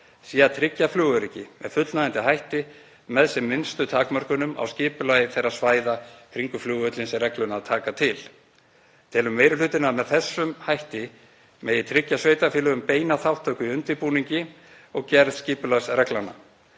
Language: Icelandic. sé að tryggja flugöryggi með fullnægjandi hætti með sem minnstum takmörkunum á skipulagi þeirra svæða kringum flugvöllinn sem reglurnar taka til. Telur meiri hlutinn að með þessum hætti megi tryggja sveitarfélögum beina þátttöku í undirbúningi og gerð skipulagsreglnanna